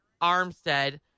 Armstead